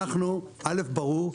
א', ברור.